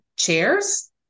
chairs